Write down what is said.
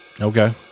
Okay